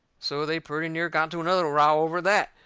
so they pretty near got into another row over that.